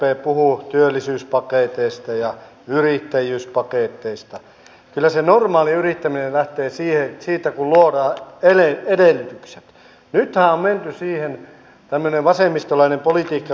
kiitos esittelyistä ja työ ja tasa arvovaliokunnan jäsenenä kiitän siitä että meidän lausunnostamme otettiin huomioon huoli nuorten syrjäytymisestä ja näistä lisärahoista koskien nuorten tilannetta sekä harmaasta taloudesta